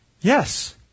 yes